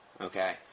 Okay